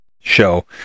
show